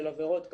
של עבירות כאלה,